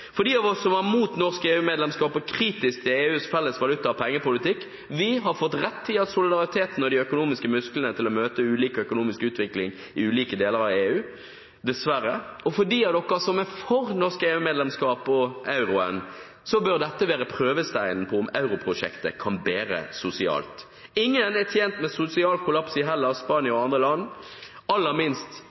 De av oss som var imot norsk EU-medlemskap og kritisk til EUs felles valuta- og pengepolitikk, har dessverre fått rett i argumentene om solidariteten og de økonomiske musklene til å møte den ulike økonomiske utvikling i de ulike delene av EU. For dem av dere som er for norsk EU-medlemskap og euroen, burde dette være prøvesteinen på om europrosjektet kan bære sosialt. Ingen er tjent med sosial kollaps i Hellas, Spania og andre land – aller minst